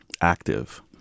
active